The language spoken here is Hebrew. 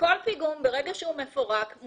והפך לדיון